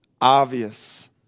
obvious